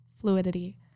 fluidity